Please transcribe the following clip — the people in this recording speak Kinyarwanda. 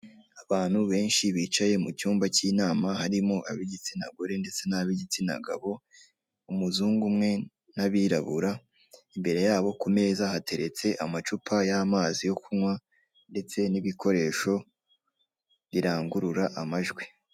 Abantu benshi bicaye mu cyumba cy'inama harimo ab'igitsina gore ndetse n'ab'igitsina gabo, umuzungu umwe n'abirabura, imbere yabo ku meza hatertetse amacupa y'amazi yo kunywa ndetse n'ibikoresho birangurura amajwi.